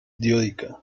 dioica